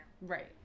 right